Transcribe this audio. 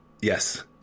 Yes